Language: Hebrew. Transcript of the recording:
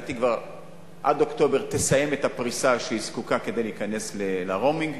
לדעתי עד אוקטובר תסיים את הפריסה שהיא זקוקה לה כדי להיכנס ל"רומינג",